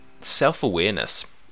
self-awareness